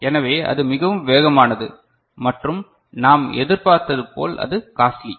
எனவே அது மிகவும் வேகமானது மற்றும் நாம் எதிர்பார்ப்பது போல் அது காஸ்ட்லி